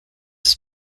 his